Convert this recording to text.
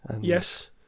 Yes